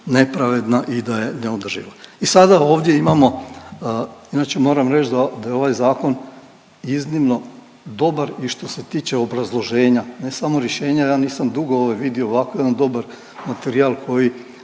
nepravedna i da je neodrživa. I sada ovdje imamo, inače moram reći da je ovaj zakon iznimno dobar i što se tiče obrazloženja ne samo rješenja. Ja nisam dugo vidio ovako jedan dobar materijal koji